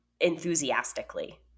enthusiastically